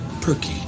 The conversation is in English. perky